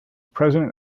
president